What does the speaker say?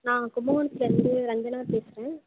நான் கும்பகோணத்துலிருந்து ரஞ்சனா பேசுகிறேன்